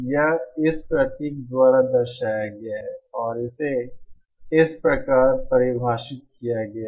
यह इस प्रतीक द्वारा दर्शाया गया है और इसे इस प्रकार परिभाषित किया गया है